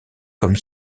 comme